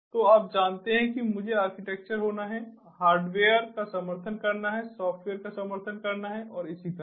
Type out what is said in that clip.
तो आप जानते हैं कि मुझे आर्किटेक्चर होना है हार्डवेयर का समर्थन करना है सॉफ्टवेयर का समर्थन करना है और इसी तरह